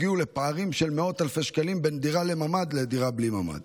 הגיעו לפערים של מאות אלפי שקלים בין דירה עם ממ"ד לדירה בלי ממ"ד.